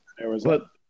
Arizona